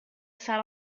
sat